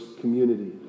community